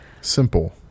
Simple